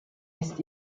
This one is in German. ist